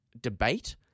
debate